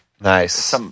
Nice